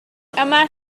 yma